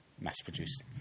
mass-produced